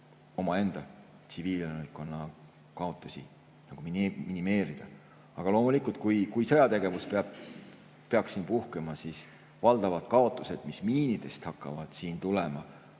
omaenda tsiviilelanikkonna kaotusi minimeerida. Aga muidugi, kui sõjategevus peaks siin puhkema, siis valdavad kaotused, mis miinidest hakkaksid siin tulema,